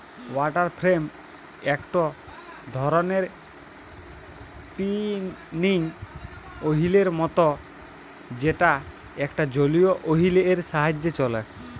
water frame একটো ধরণের spinning ওহীলের মত যেটা একটা জলীয় ওহীল এর সাহায্যে চলেক